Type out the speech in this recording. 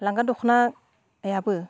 लांगा दखनायाबो